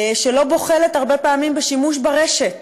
שלא בוחלת הרבה פעמים בשימוש ברשת